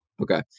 Okay